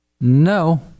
No